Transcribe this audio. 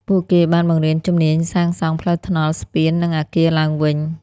ពួកគេបានបង្រៀនជំនាញសាងសង់ផ្លូវថ្នល់ ស្ពាន និងអគារឡើងវិញ។